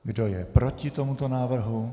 Kdo je proti tomuto návrhu?